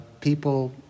people